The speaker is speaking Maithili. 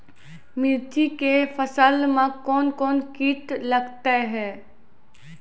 मिर्ची के फसल मे कौन कौन कीट लगते हैं?